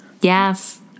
Yes